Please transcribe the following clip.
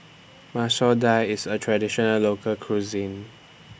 Masoor Dal IS A Traditional Local Cuisine